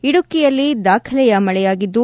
ಇಡುಕಿಯಲ್ಲಿ ದಾಖಲೆಯ ಮಳೆಯಾಗಿದ್ದು